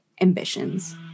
ambitions